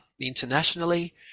internationally